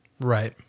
Right